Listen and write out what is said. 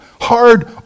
hard